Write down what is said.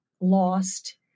lost